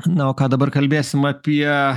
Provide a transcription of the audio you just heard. na o ką dabar kalbėsim apie